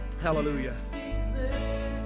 Hallelujah